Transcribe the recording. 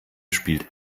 spielt